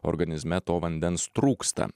organizme to vandens trūksta